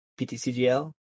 PTCGL